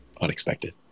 unexpected